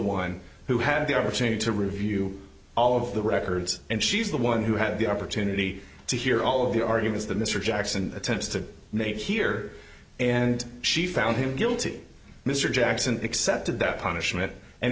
one who had the opportunity to review all of the records and she's the one who had the opportunity to hear all of the arguments that mr jackson attempts to make here and she found him guilty mr jackson accepted the punishment and